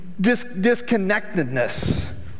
disconnectedness